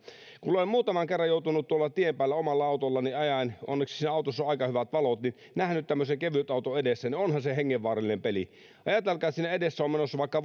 olen muutaman kerran joutunut tuolla tien päällä omalla autollani ajaessa onneksi siinä autossa on aika hyvät valot näkemään tämmöisen mopoauton edessä ja onhan se hengenvaarallinen peli ajatelkaa että siinä edessä on menossa vaikka